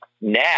now